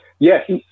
Yes